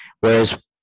Whereas